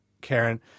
Karen